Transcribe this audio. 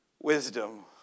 wisdom